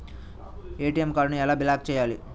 ATM కార్డుని ఎలా block చేయాలి?